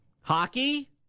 Hockey